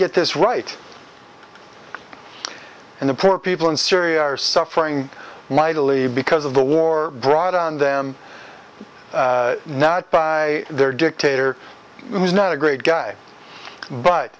get this right and the poor people in syria are suffering mightily because of the war brought on them not by their dictator who's not a great guy but